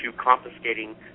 confiscating